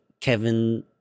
kevin